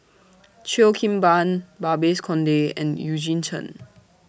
Cheo Kim Ban Babes Conde and Eugene Chen